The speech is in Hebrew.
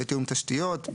בתיאום תשתיות,